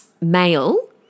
male